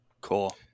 Cool